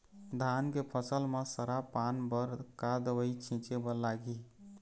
धान के फसल म सरा पान बर का दवई छीचे बर लागिही?